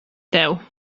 tev